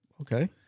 Okay